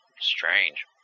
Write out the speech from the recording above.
Strange